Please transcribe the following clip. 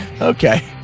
okay